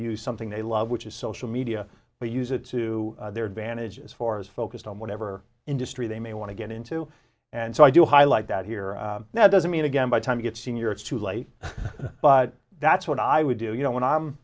use something they love which is social media but use it to their advantage as far as focused on whatever industry they may want to get into and so i do highlight that here now doesn't mean again by time you get senior to life but that's what i would do you know when i'm